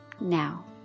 now